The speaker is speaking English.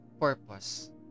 purpose